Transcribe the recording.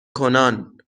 کنان